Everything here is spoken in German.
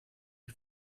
die